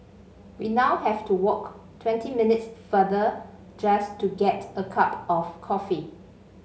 we now have to walk twenty minutes farther just to get a cup of coffee